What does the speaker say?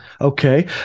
Okay